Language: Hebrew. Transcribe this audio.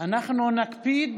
אנחנו נקפיד.